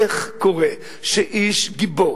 איך קורה שאיש גיבור,